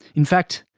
in fact,